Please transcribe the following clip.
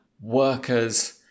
workers